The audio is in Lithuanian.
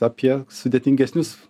apie sudėtingesnius